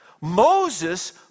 Moses